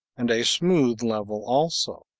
and a smooth level also.